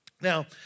Now